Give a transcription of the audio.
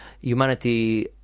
Humanity